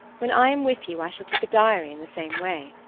when i am with you i shall keep a diary in the same way.